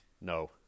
No